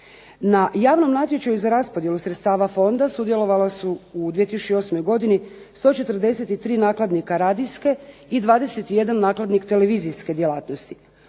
Na javnom natječaju za raspodjelu sredstava fonda sudjelovala su u 2008. godini 143 nakladnika radijske i 21 nakladnik televizijske djelatnosti.